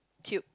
tube